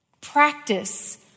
practice